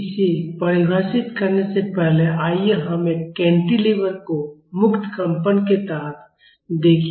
इसे परिभाषित करने से पहले आइए हम एक कैंटीलीवर को मुक्त कंपन के तहत देखें